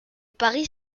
paris